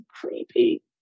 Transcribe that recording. creepy